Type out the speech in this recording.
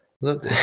Look